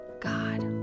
God